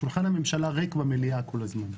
שולחן הממשלה ריק במליאה כל הזמן.